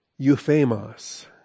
euphemos